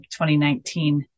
2019